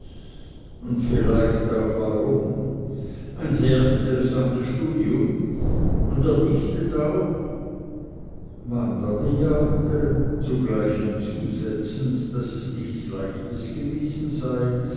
und vielleicht auch warum ein sehr interessantes studium und er dichtet auch wanda bejahte zugleich hinzusetzend daß es nichts leichtes gewesen sei